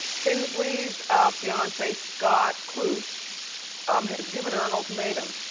tinsley's fiance scott kluth um has given her an ultimatum.